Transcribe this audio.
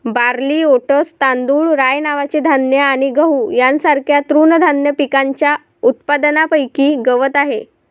barley, oats, तांदूळ, rye नावाचे धान्य आणि गहू यांसारख्या तृणधान्य पिकांच्या उत्पादनापैकी गवत आहे